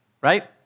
right